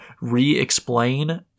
re-explain